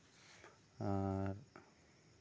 ᱟᱨ